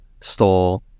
store